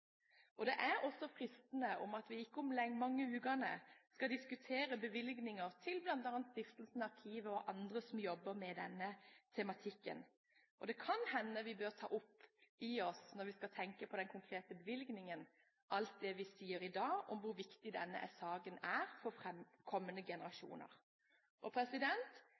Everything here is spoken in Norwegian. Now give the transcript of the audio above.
Det er også fristende å minne om at vi om ikke mange ukene skal diskutere bevilgninger til bl.a. Stiftelsen Arkivet og andre som jobber med denne tematikken. Det kan hende vi bør ta opp i oss, når vi skal tenke på den konkrete bevilgningen, alt det vi sier i dag om hvor viktig denne saken er for kommende generasjoner. Det er et nettsted som har laget klart – for lærere og